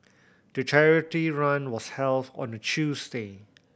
the charity run was held on a Tuesday